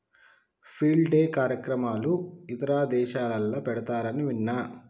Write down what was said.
field day కార్యక్రమాలు ఇతర దేశాలల్ల పెడతారని విన్న